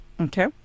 Okay